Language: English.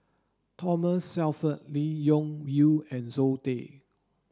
Thomas Shelford Lee Wung Yew and Zoe Tay